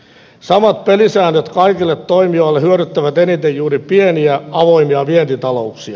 samat pelisäännöt kaikille toimijoille hyödyttävät eniten juuri pieniä avoimia vientitalouksia